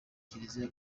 kiliziya